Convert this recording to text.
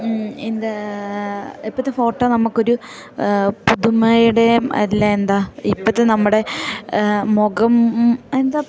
എന്താ ഇപ്പോഴത്തെ ഫോട്ടോ നമുക്കൊരു പുതുമയുടെ അല്ല എന്താ ഇപ്പോഴത്തെ നമ്മുടെ മുഖം എന്താ